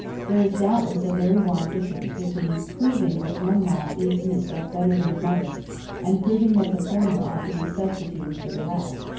there is doubtless a very wide difference between proving that one law is in itself better than another and proving that the former ought to be substituted for the latter.